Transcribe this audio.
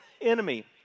enemy